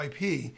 IP